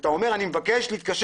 שאתה אומר אני מבקש להתקשר